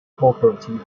cooperative